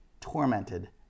tormented